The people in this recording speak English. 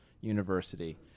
university